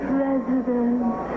President